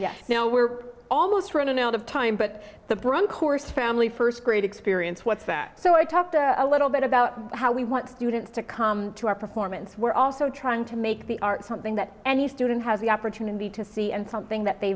now we're almost running out of time but the bronco is family first great experience what's that so i talked a little bit about how we want students to come to our performance we're also trying to make the arts something that any student has the opportunity to see and something that they